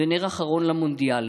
ונר אחרון למונדיאל,